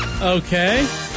Okay